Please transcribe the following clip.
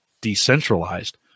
decentralized